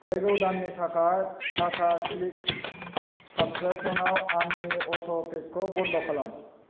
फैगौ दाननि थाखाय टाटा क्लिक साब्सक्रिपसनाव आंनि अट'पेखौ बन्द खालाम